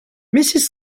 mrs